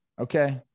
okay